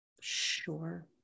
Sure